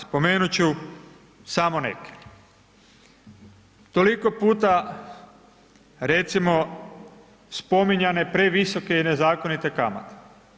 Spomenuti ću samo neke, toliko puta recimo, spominjane previsoke i nezakonite kamate.